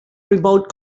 remote